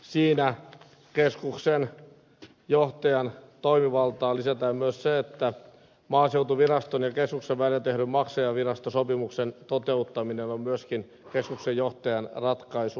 siinä keskuksen johtajan toimivaltaan lisätään myös se että maaseutuviraston ja keskuksen välillä tehdyn maksajavirastosopimuksen toteuttaminen on myöskin keskuksen johtajan ratkaisuvallassa